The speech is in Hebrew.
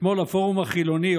אתמול הפורום החילוני,